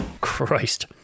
Christ